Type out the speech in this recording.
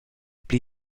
pli